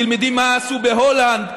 תלמדי מה עשו בהולנד,